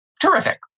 terrific